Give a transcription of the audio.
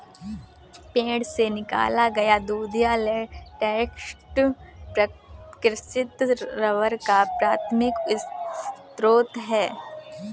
पेड़ से निकाला गया दूधिया लेटेक्स प्राकृतिक रबर का प्राथमिक स्रोत है